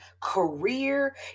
career